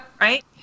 Right